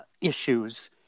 issues